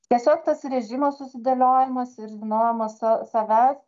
tiesiog tas režimas susidėliojimas ir žinojimas sa savęs